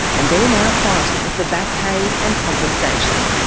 and they're now fighting for back-pay and compensation.